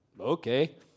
okay